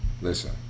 listen